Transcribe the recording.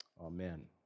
amen